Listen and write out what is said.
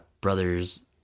brother's